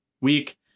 week